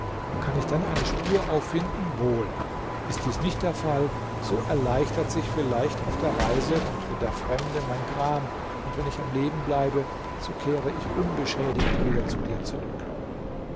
kann ich dann eine spur auffinden wohl ist dies nicht der fall so erleichtert sich vielleicht auf der reise und in der fremde mein gram und wenn ich am leben bleibe so kehre ich unbeschädigt wieder zu dir zurück